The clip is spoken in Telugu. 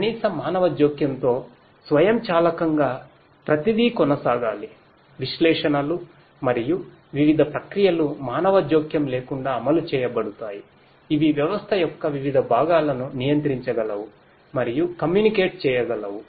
కనీస మానవ జోక్యంతో స్వయంచాలకంగా ప్రతిదీ కొనసాగాలి విశ్లేషణలు మరియు వివిధ ప్రక్రియలు మానవ జోక్యం లేకుండా అమలు చేయబడతాయి ఇవి వ్యవస్థ యొక్క వివిధ భాగాలను నియంత్రించగలవు మరియు కమ్యూనికేట్ చేయగలవు